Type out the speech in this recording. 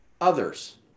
others